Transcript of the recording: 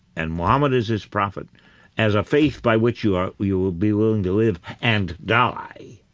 and mohammed is his prophet as a faith by which you um you would be willing to live and die,